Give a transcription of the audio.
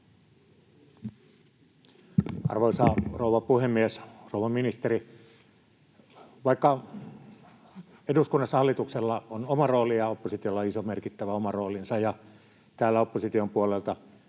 Arvoisa rouva puhemies, rouva ministeri! Vaikka eduskunnassa hallituksella on oma roolinsa ja oppositiolla iso merkittävä oma roolinsa ja täällä opposition puolelta